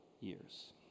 years